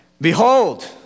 Behold